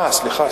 אה, סליחה.